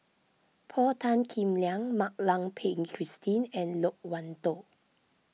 Paul Tan Kim Liang Mak Lai Peng Christine and Loke Wan Tho